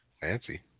fancy